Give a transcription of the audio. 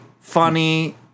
funny